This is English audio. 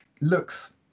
looks